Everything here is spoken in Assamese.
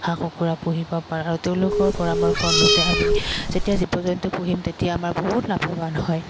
হাঁহ কুকুৰা পুহিব পাৰে আৰু তেওঁলোকৰ পৰামৰ্শ অনুযায়ী আমি যেতিয়া জীৱ জন্তু পুহিম তেতিয়া আমাৰ বহুত লাভৱান হয়